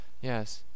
Yes